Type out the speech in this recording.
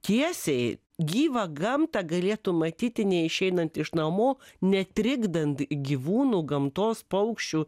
tiesiai gyvą gamtą galėtum matyti neišeinant iš namų netrikdant gyvūnų gamtos paukščių